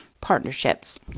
partnerships